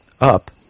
up